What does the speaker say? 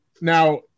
now